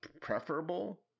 preferable